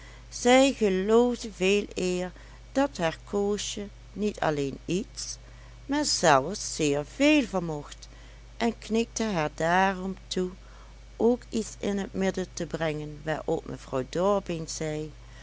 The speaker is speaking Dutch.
zij geloofde veeleer dat haar koosje niet alleen iets maar zelfs zeer veel vermocht en knikte haar daarom toe ook iets in het midden te brengen waarop mevrouw dorbeen zei